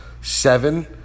seven